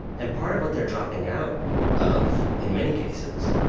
and part of what they're dropping out of, in many cases,